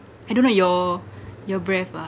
I don't know your your breath ah